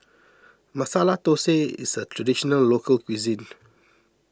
Masala Dosa is a Traditional Local Cuisine